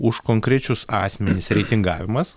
už konkrečius asmenis reitingavimas